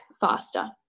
faster